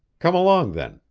come along, then.